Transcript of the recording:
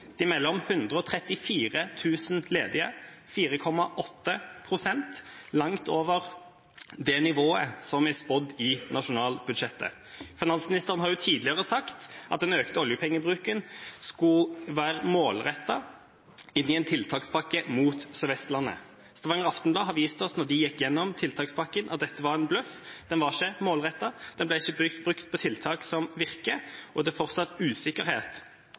De melder om 134 000 ledige, 4,8 pst., langt over det nivået som er spådd i nasjonalbudsjettet. Finansministeren har tidligere sagt at den økte oljepengebruken skulle være målrettet i en tiltakspakke inn mot Sør-Vestlandet. Stavanger Aftenblad har vist oss, da de gikk gjennom tiltakspakken, at dette var en bløff – den var ikke målrettet, den ble ikke brukt på tiltak som virker, og det er fortsatt usikkerhet